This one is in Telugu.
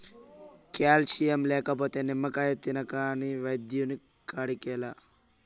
క్యాల్షియం లేకపోతే నిమ్మకాయ తిను కాని వైద్యుని కాడికేలా